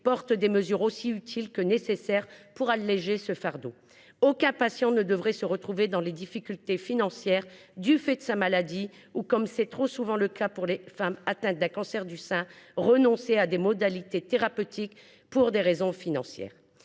des mesures aussi utiles que nécessaires pour alléger ce fardeau. Aucun patient ne devrait se retrouver en difficulté financière du fait de sa maladie ou, comme c’est trop souvent le cas pour les femmes atteintes d’un cancer du sein, avoir à renoncer à des modalités thérapeutiques pour des raisons financières.